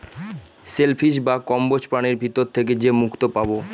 shell fish বা কম্বোজ প্রাণীর ভিতর থেকে যে মুক্তো পাবো